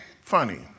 Funny